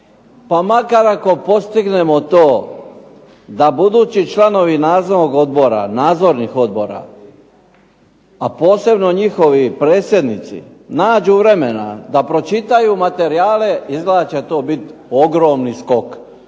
Pa makar ako postignemo to da budući članovi nadzornih odbora, a posebno njihovi predsjednici nađu vremena da pročitaju materijale, izgleda da će to biti ogromni skok,